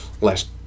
last